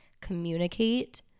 communicate